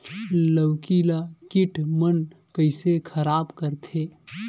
लौकी ला कीट मन कइसे खराब करथे?